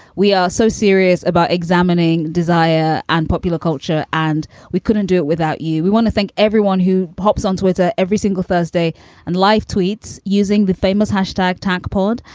we are so serious about examining desire and popular culture. and we couldn't do it without you. we want to thank everyone who pops on twitter every single thursday and life tweets using the famous hashtag tonc poland.